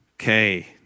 Okay